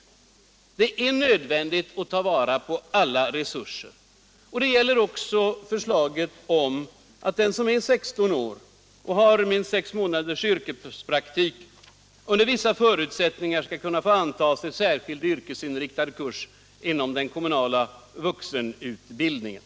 Det är nödvändigt att ta vara på alla resurser. Det gäller också förslaget om att den som är 16 år och har minst sex månaders yrkespraktik under vissa förutsättningar skall kunna få antas till särskild yrkesinriktad kurs inom den kommunala vuxenutbildningen.